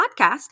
podcast